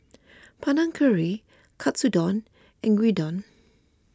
Panang Curry Katsudon and Gyudon